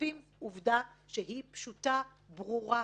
חושפים עובדה שהיא פשוטה, ברורה.